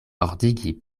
ordigi